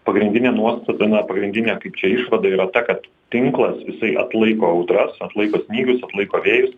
pagrindinė nuostata na pagrindinė kaip čia išvada yra ta kad tinklas jisai atlaiko audras atlaiko snygius atlaiko vėjus